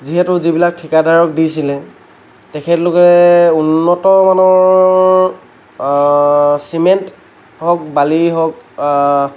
যিহেতু যিবিলাক ঠিকাদাৰক দিছিলে তেখেত লোকে উন্নত মানদণ্ডৰ চিমেণ্ট হওক বালি হওক